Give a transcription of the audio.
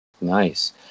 nice